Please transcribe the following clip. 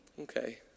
Okay